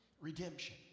Redemption